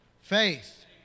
Faith